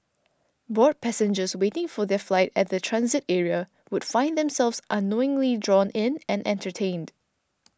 bored passengers waiting for their flight at the transit area would find themselves unknowingly drawn in and entertained